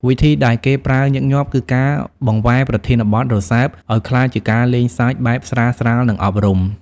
វិធីដែលគេប្រើញឹកញាប់គឺការបង្វែរប្រធានបទរសើបឲ្យក្លាយជាការលេងសើចបែបស្រាលៗ និងអប់រំ។